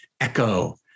echo